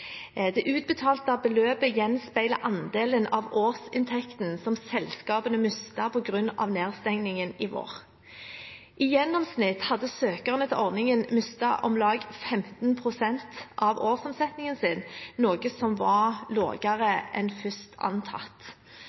Det utbetalte beløpet gjenspeiler andelen av årsinntekten selskapene mistet på grunn av nedstengningen i vår. I gjennomsnitt hadde søkerne etter ordningen mistet om lag 15 pst. av årsomsetningen sin, noe som var lavere enn først antatt.